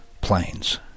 planes